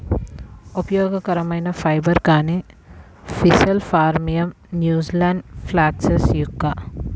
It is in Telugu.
ఉపయోగకరమైన ఫైబర్, కానీ sisal phormium, New Zealand flax yucca